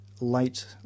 late